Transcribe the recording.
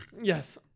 Yes